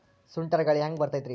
ಸುಂಟರ್ ಗಾಳಿ ಹ್ಯಾಂಗ್ ಬರ್ತೈತ್ರಿ?